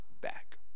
back